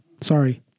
Sorry